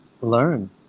learn